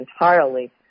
entirely